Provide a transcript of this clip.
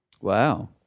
Wow